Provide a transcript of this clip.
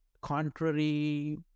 contrary